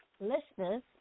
Listeners